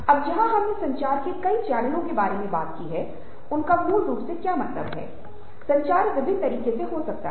अब जहां हमने संचार के कई चैनलों के बारे में बात की थी उनका मूल रूप से क्या मतलब है संचार विभिन्न तरीकों से हो सकता है